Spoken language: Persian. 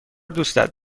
دوستت